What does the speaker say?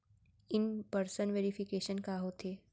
In person verification का होथे?